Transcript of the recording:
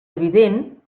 evident